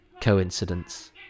coincidence